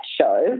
show